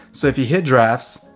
so if you hit drafts,